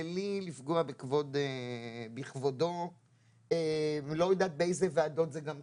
בלי לפגוע בכבודו ולא יודעת באיזה ועדות זה גם קרה,